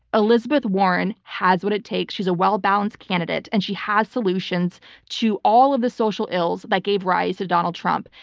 elizabeth warren has what it takes. she's a well-balanced candidate, and she has solutions to all of the social ills that gave rise of donald trump.